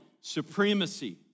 supremacy